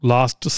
Last